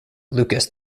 lucas